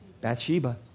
Bathsheba